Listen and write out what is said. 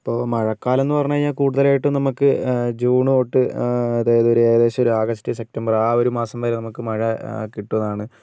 ഇപ്പോൾ മഴക്കാലമെന്ന് പറഞ്ഞു കഴിഞ്ഞാൽ കൂടുതലായിട്ടും നമുക്ക് ജൂണ് തൊട്ട് അതായാതൊരു ഏകദേശം ആഗസ്റ്റ് സെപ്റ്റംബർ ആ ഒരു മാസം വരേ നമുക്ക് മഴ കിട്ടുന്നതാണ്